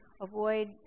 avoid